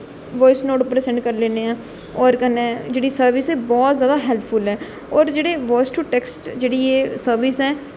बाउइस note send करी लैन्ने आं और कन्नेै जेहड़ी सर्बिस बहुत ज्यादा हैलपफुल ऐ और जेहडे़ टेक्सट जेहड़ी ऐ सर्बिस ऐ